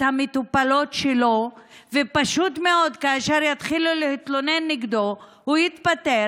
המטופלות שלו ופשוט מאוד כאשר יתחילו להתלונן נגדו הוא יתפטר,